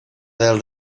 del